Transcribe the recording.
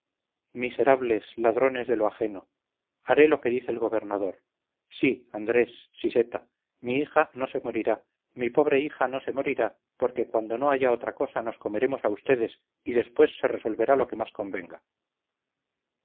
miserables ladrones de lo ajeno haré lo que dice el gobernador sí andrés siseta mi hija no se morirá mi pobre hija no se morirá porque cuando no haya otra cosa nos comeremos a ustedes y después se resolverá lo que más convenga